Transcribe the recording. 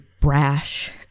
brash